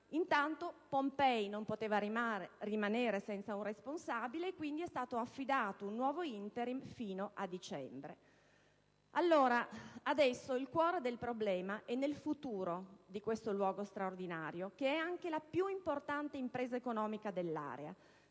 Intanto, Pompei non poteva rimanere senza un responsabile. Quindi è stato affidato un nuovo *interim* fino a dicembre. Adesso il cuore del problema è nel futuro di questo luogo straordinario, che è anche la più importante impresa economica dell'area.